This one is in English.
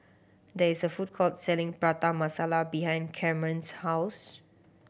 there is a food court selling Prata Masala behind Carmen's house